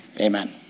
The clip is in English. Amen